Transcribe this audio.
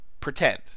pretend